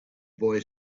boy